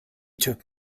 took